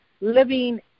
living